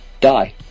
die